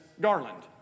Garland